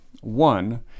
One